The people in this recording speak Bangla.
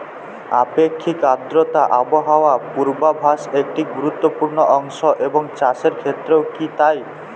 আপেক্ষিক আর্দ্রতা আবহাওয়া পূর্বভাসে একটি গুরুত্বপূর্ণ অংশ এবং চাষের ক্ষেত্রেও কি তাই?